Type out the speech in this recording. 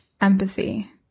empathy